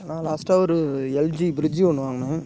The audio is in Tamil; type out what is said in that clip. நான் லாஸ்ட்டாக ஒரு எல்ஜி ப்ரிஜ்ஜி ஒன்று வாங்குனேன்